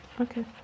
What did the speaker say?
Okay